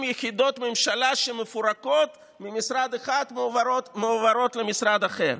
יחידות ממשלה שמפורקות ממשרד אחד ומועברות למשרד אחר,